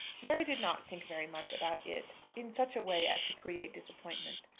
mary did not think very much about it in such a way as to create disappointment.